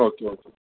او کے او کے